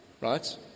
right